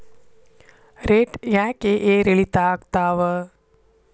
Rate ಯಾಕೆ ಏರಿಳಿತ ಆಗ್ತಾವ?